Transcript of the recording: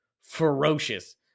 ferocious